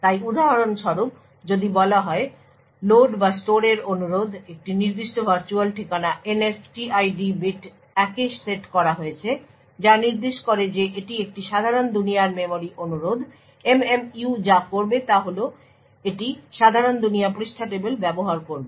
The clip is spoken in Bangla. তাই উদাহরণস্বরূপ যদি বলা হয় লোড বা স্টোরের অনুরোধ একটি নির্দিষ্ট ভার্চুয়াল ঠিকানা NSTID বিট 1 এ সেট করা হয়েছে যা নির্দেশ করে যে এটি একটি সাধারণ দুনিয়ার মেমরি অনুরোধ MMU যা করবে তা হল এটি সাধারণ দুনিয়া পৃষ্ঠা টেবিল ব্যবহার করবে